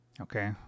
Okay